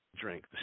drink